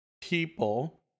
people